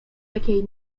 jakiej